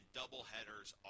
doubleheaders